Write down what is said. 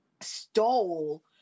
stole